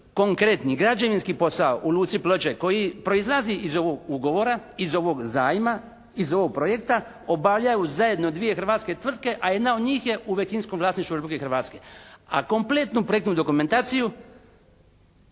konkretni građevinski posao u luci Ploče koji proizlazi iz ovog Ugovora, iz ovog zajma, iz ovog projekta obavljaju zajedno dvije hrvatske tvrtke, a jedna od njih je u većinskom vlasništvu Republike Hrvatske. A kompletnu projektnu dokumentaciju